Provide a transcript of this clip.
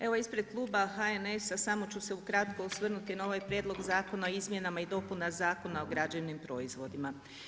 Evo ispred kluba HNS-a samo ću se ukratko osvrnuti na ovaj Prijedlog zakona o izmjenama i dopunama Zakona o građevnim proizvodima.